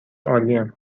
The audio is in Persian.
عالیم